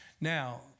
Now